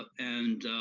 and